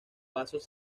vasos